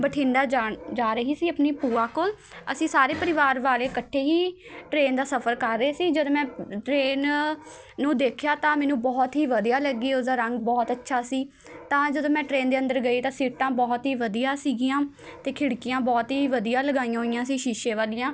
ਬਠਿੰਡਾ ਜਾਣ ਜਾ ਰਹੀ ਸੀ ਆਪਣੀ ਭੂਆ ਕੋਲ ਅਸੀਂ ਸਾਰੇ ਪਰਿਵਾਰ ਵਾਲੇ ਇੱਕਠੇ ਹੀ ਟਰੇਨ ਦਾ ਸਫਰ ਕਰ ਰਹੇ ਸੀ ਜਦੋਂ ਮੈਂ ਟਰੇਨ ਨੂੰ ਦੇਖਿਆ ਤਾਂ ਮੈਨੂੰ ਬਹੁਤ ਹੀ ਵਧੀਆ ਲੱਗੀ ਉਸਦਾ ਰੰਗ ਬਹੁਤ ਅੱਛਾ ਸੀ ਤਾਂ ਜਦੋਂ ਮੈਂ ਟਰੇਨ ਦੇ ਅੰਦਰ ਗਈ ਤਾਂ ਸੀਟਾਂ ਬਹੁਤ ਹੀ ਵਧੀਆ ਸੀਗੀਆਂ ਅਤੇ ਖਿੜਕੀਆਂ ਬਹੁਤ ਹੀ ਵਧੀਆ ਲਗਾਈਆਂ ਹੋਈਆਂ ਸੀ ਸ਼ੀਸ਼ੇ ਵਾਲੀਆਂ